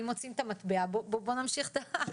אם מוציאים את המטבע, בוא נמשיך את הכיוון הזה.